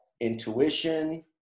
intuition